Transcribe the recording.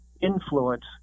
influence